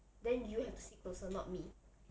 then you have to sit closer not me